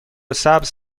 سبز